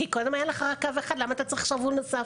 כי: ״אם קודם היה לך קו אחד אז למה אתה צריך שרוול נוסף?״.